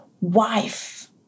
wife